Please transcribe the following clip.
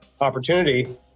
opportunity